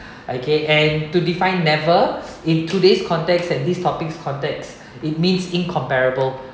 okay and to define never in today's context and these topics context it means incomparable